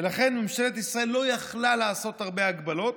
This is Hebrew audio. ולכן ממשלת ישראל לא יכלה לעשות הרבה הגבלות,